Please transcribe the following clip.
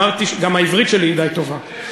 גם העברית שלי היא די טובה.